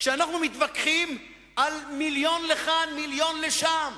כשאנחנו מתווכחים על מיליון לכאן מיליון לשם,